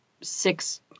six